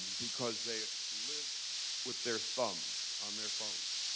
because they live with their thumbs on their phones.